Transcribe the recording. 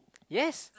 yes